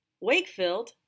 Wakefield